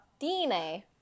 DNA